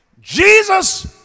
Jesus